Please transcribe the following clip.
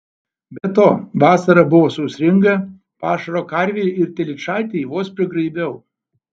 be to vasara buvo sausringa pašaro karvei ir telyčaitei vos prigraibiau